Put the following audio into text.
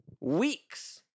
weeks